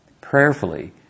prayerfully